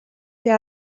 дээр